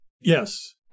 Yes